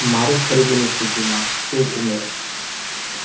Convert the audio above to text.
મારી ખરીદીની સૂચિમાં શૂપ ઉમેરો